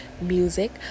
music